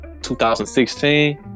2016